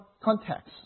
context